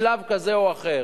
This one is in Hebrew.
בשלב כזה או אחר.